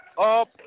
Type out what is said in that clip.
up